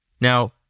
Now